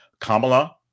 Kamala